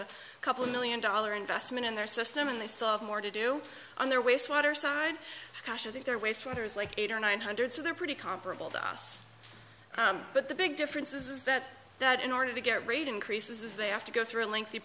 a couple million dollar investment in their system and they still have more to do on their waste water side of their waste water is like eight or nine hundred so they're pretty comparable to us but the big difference is that that in order to get rate increases they have to go through a lengthy